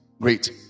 Great